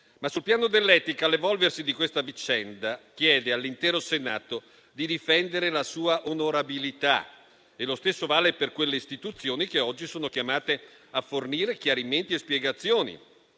Ma sul piano dell'etica l'evolversi di questa vicenda chiede all'intero Senato di difendere la sua onorabilità. E lo stesso vale per quelle istituzioni che oggi sono chiamate a fornire chiarimenti e spiegazioni.